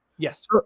Yes